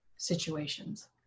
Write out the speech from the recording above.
situations